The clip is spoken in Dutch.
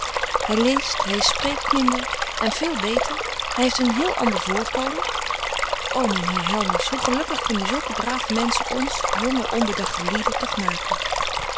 hy leest hy spreekt minder en veel beter hy heeft een heel ander voorkomen ô myn heer helmers hoe gelukkig kunnen zulke brave menschen ons jonge onbedagte lieden toch maken